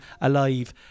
alive